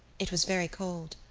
it was very cold.